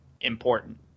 important